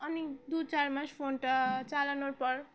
তো দু চার মাস ফোনটা চালানোর পর